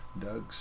Doug's